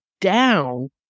down